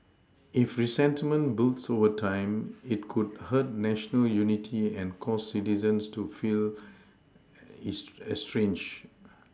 if resentment builds over time it could hurt national unity and cause citizens to feel estranged